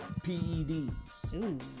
Peds